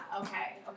okay